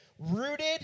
Rooted